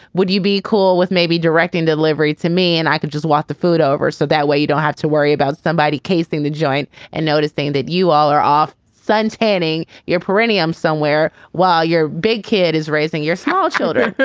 would you be cool with maybe directing delivery to me and i could just walk the food over. so that way you don't have to worry about somebody casing the joint and noticing that you all are off suntanning. you're perineum somewhere while you're big kid is raising your small children